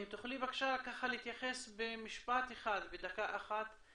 אם תוכלי בבקשה להתייחס במשפט אחד, בדקה אחת,